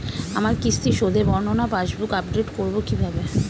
আমার কিস্তি শোধে বর্ণনা পাসবুক আপডেট করব কিভাবে?